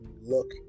look